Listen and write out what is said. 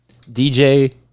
DJ